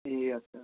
ए अच्छा